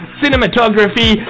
cinematography